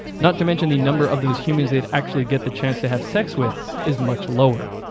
not to mention the number of those humans they'd actually get the chance to have sex with is much lower.